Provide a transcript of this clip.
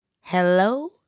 hello